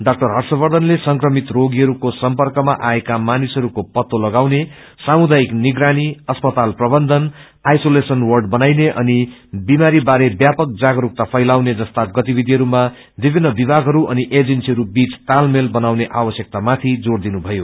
draw हप्रवर्षनले संक्रभित रोगीहरूक्रो सर्मकमा आएका मानिसहरूक्रे पत्तो लगाउने सामुदायिक निगरानी अस्पताल प्रबन्धन आईसोलेसन वाङ बनाइने अनि विमारी बारे व्यापक जागस्कता फैलाउने जस्ता गतिविषिहरूमा विभिन्न विभागहरू अनि एजेसीहरू बीच तालमेल बनाउने आवश्यकता माथि जोरदिनुभयो